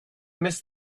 miss